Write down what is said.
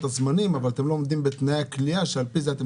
הזמנים אבל אתם לא עומדים בתנאי הכליאה שעל פי זה אתם